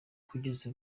kugeza